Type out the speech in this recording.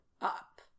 up